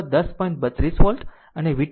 32 volt અને v2 6